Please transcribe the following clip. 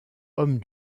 homme